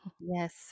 Yes